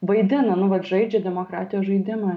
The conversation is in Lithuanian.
vaidina nu vat žaidžia demokratijos žaidimą